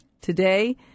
Today